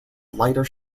lighter